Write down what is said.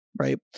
right